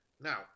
Now